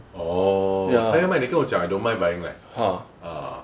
orh 他要卖你跟我讲 I don't mind buying leh